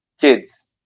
kids